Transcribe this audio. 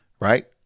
right